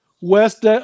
West